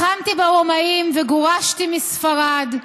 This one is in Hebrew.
לחמתי ברומאים, וגורשתי מספרד,